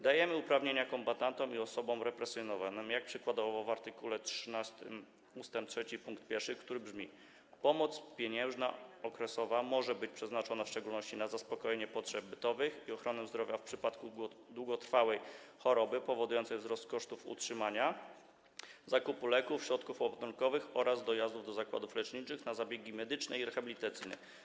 Dajemy uprawnienia kombatantom i osobom represjonowanym, jak np. w art. 13 ust. 3 pkt 1, który brzmi: pomoc pieniężna okresowa może być przeznaczona w szczególności na zaspokojenie potrzeb bytowych i ochronę zdrowia w przypadku długotrwałej choroby powodującej wzrost kosztów utrzymania, zakupu leków, środków opatrunkowych oraz dojazdów do zakładów leczniczych na zabiegi medyczne i rehabilitacyjne.